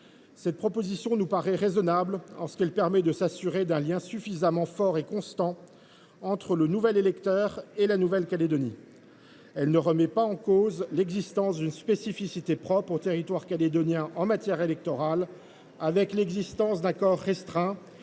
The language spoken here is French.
Cette proposition nous paraît raisonnable en ce qu’elle permet de s’assurer d’un lien suffisamment fort et constant entre le nouvel électeur et la Nouvelle Calédonie. Elle ne remet donc pas en cause l’existence d’une spécificité du territoire calédonien en matière électorale, dans la mesure où un corps restreint